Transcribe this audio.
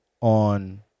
on